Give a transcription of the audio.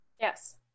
yes